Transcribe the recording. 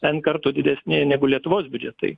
n kartų didesni negu lietuvos biudžetai